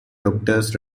doctors